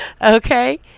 okay